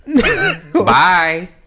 Bye